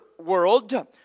World